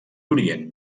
orient